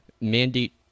mandate